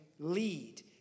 Lead